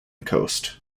coast